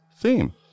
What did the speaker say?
theme